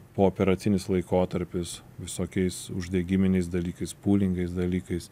pooperacinis laikotarpis visokiais uždegiminiais dalykais pūlingais dalykais